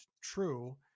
true